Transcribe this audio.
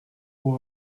pour